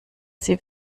sie